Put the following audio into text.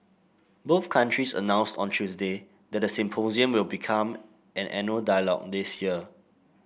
both countries announced on Tuesday that the symposium will become an annual dialogue this year